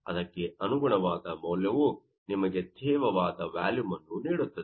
ಅದಕ್ಕೆ ಅನುಗುಣವಾದ ಮೌಲ್ಯವು ನಿಮಗೆ ತೇವವಾದ ವ್ಯಾಲುಮ್ ಅನ್ನು ನೀಡುತ್ತದೆ